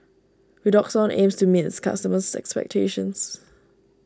Redoxon aims to meet its customers' expectations